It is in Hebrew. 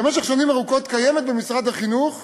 במשך שנים ארוכות קיימת במשרד החינוך